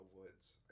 Woods